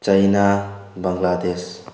China Bangladesh